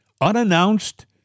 unannounced